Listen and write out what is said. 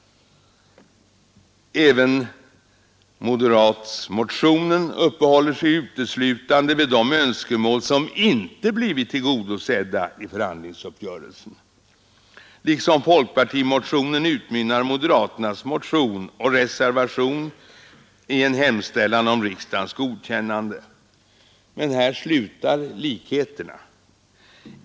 Även den moderata motionen upphåller sig uteslutande vid de önskemål som inte blivit tillgodosedda i förhandlingsuppgörelsen. Liksom folkpartimotionen utmynnar moderaternas motion och reservation i en hemställan om riksdagens godkännande. Där slutar likheterna.